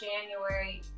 January